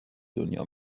دنیا